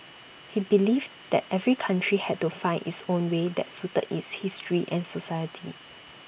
he believed that every country had to find its own way that suited its history and society